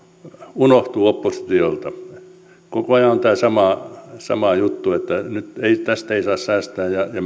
unohtuu oppositiolta koko ajan on tämä sama juttu että nyt tästä ei saa säästää ja ja